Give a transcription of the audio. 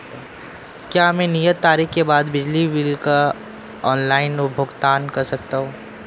क्या मैं नियत तारीख के बाद बिजली बिल का ऑनलाइन भुगतान कर सकता हूं?